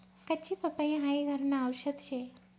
कच्ची पपई हाई घरन आवषद शे